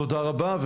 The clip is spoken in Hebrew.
תודה רבה.